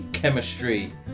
Chemistry